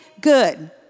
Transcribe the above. good